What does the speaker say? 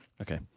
Okay